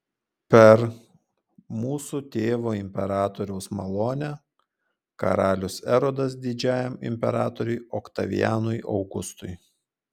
per mūsų tėvo imperatoriaus malonę karalius erodas didžiajam imperatoriui oktavianui augustui